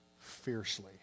fiercely